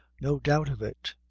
no doubt of it.